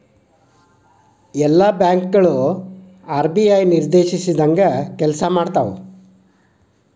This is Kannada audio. ಎಲ್ಲಾ ಬ್ಯಾಂಕ್ ಗಳು ಆರ್.ಬಿ.ಐ ನಿರ್ದೇಶಿಸಿದಂಗ್ ಕೆಲ್ಸಾಮಾಡ್ತಾವು